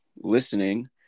listening